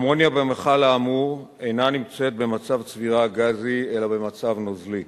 האמוניה במכל האמור אינה במצב צבירה גזי אלא במצב נוזלי.